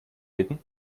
bitten